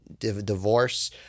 divorce